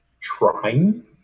trying